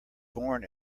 born